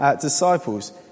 disciples